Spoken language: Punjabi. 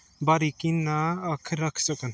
ਬਰੀਕੀ ਨਾਲ ਅੱਖ ਰੱਖ ਸਕਣ